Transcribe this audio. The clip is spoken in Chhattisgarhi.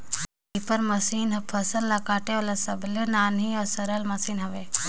रीपर मसीन हर फसल ल काटे वाला सबले नान्ही अउ सरल मसीन हवे